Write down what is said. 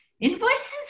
Invoices